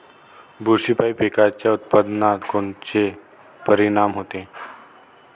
बुरशीपायी पिकाच्या उत्पादनात कोनचे परीनाम होते?